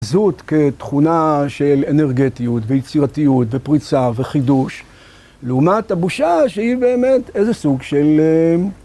זהות כתכונה של אנרגטיות, ויצירתיות, ופריצה, וחידוש, לעומת הבושה שהיא באמת איזה סוג של אה...